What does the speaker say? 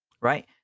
Right